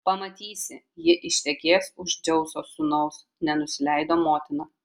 pamatysi ji ištekės už dzeuso sūnaus nenusileido motina